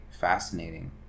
fascinating